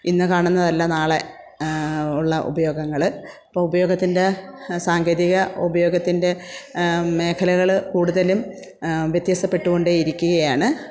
ഇന്ന് കാണുന്നതല്ല നാളെ ഉള്ള ഉപയോഗങ്ങൾ അപ്പോൾ ഉപയോഗത്തിൻ്റെ സാങ്കേതിക ഉപയോഗത്തിൻ്റെ മേഖലകൾ കൂടുതലും വ്യത്യാസപ്പെട്ടു കൊണ്ടേയിരിക്കുകയാണ്